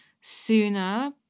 sooner